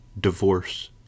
divorce